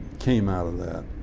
came out of that.